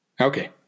Okay